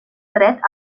dret